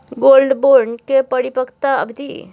Gold bond के परिपक्वता अवधि?